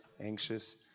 anxious